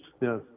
yes